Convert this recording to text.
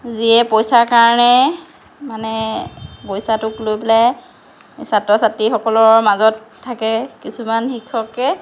যিয়ে পইচা কাৰণে মানে পইচাটোক লৈ পেলাই ছাত্ৰ ছাত্ৰীসকলৰ মাজত থাকে কিছুমান শিক্ষকে